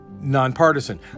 nonpartisan